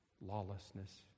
lawlessness